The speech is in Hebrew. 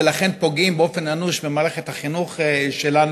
ולכן פוגעים באופן אנוש במערכת החינוך שלנו.